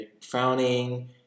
frowning